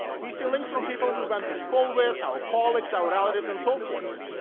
we see links from people we went to school with, our colleagues, our relatives, and so forth.